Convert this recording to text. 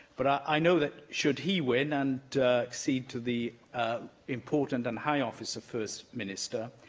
but i know that, should he win and accede to the important and high office of first minister,